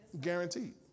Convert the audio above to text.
Guaranteed